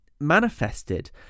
manifested